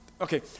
okay